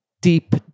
deep